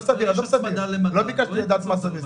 לא ביקשנו לדעת מה סביר.